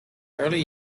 early